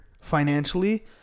financially